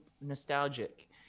nostalgic